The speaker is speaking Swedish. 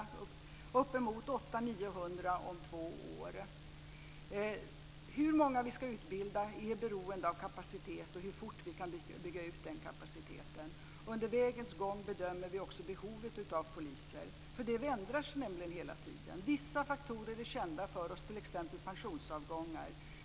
Det blir uppemot 800-900 om två år. Hur många vi ska utbilda är beroende av kapaciteten och av hur fort vi kan bygga ut den. Under vägen bedömer vi också behovet av poliser, för det ändrar sig hela tiden. Vissa faktorer är kända för oss, t.ex. pensionsavgångar.